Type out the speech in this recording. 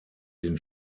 den